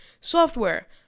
Software